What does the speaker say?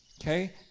okay